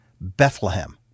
Bethlehem